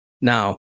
now